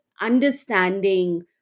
understanding